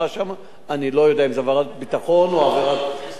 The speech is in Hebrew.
אני לא יודע אם זו עבירת ביטחון או עבירה אחרת,